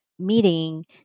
meeting